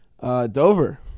Dover